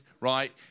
right